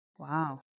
Wow